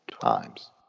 times